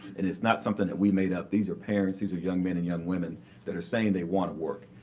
and it's not something that we made up these. these are parents, these are young men and young women that are saying they want to work.